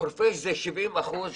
70% מחורפיש זה שתי חמולות.